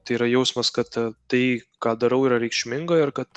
tai yra jausmas kad tai ką darau yra reikšminga ir kad